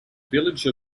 village